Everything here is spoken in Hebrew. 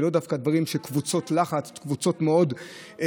ולאו דווקא דברים של קבוצות לחץ וקבוצות מאוד כוחניות,